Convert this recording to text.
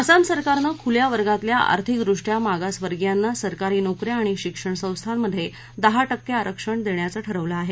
आसाम सरकारनं खुल्या वर्गातल्या आर्थिदृष्ट्या मागासवर्गियांना सरकारी नोक या आणि शिक्षण संस्थात दहा टक्के आरक्षण देण्याचं ठरवलं आहे